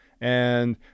and-